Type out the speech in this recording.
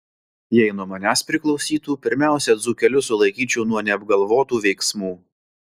jei nuo manęs priklausytų pirmiausia dzūkelius sulaikyčiau nuo neapgalvotų veiksmų